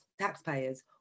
taxpayers